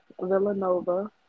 Villanova